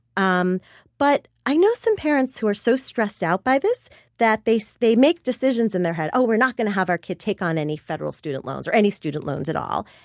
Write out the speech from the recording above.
um but i know some parents who are so stressed out by this that they so they make decisions in their head, oh, we're not going to have our kid take on any federal student loans or any student loans at all.